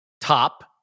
top